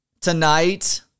tonight